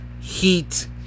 heat